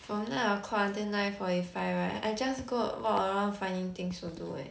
from nine o'clock until nine forty five right I just go walk around finding things you do eh